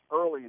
early